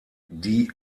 die